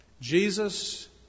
Jesus